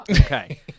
Okay